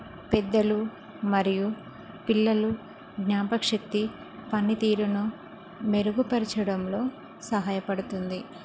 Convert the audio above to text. పెద్దలు మరియు పిల్లల జ్ఞాపక శక్తి పనితీరును మెరుగుపరచడంలో సహాయపడుతుంది